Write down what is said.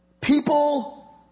people